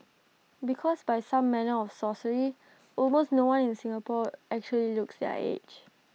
because by some manner of sorcery almost no one in Singapore actually looks their age